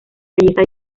belleza